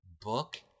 book